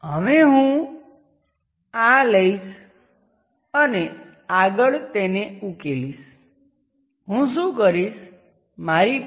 હવે ચાલો step by step